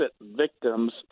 victims